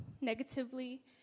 negatively